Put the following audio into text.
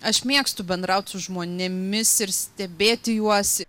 aš mėgstu bendrauti su žmonėmis ir stebėti juos